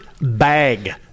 bag